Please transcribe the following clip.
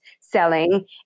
selling